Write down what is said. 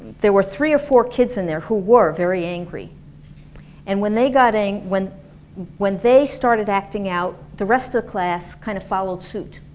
there were three or four kids in there who were very angry and when they got angry, when when they started acting out the rest of the class kind of followed suit.